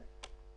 כן.